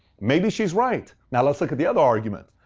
maybe she's right. now let's look at the other argument,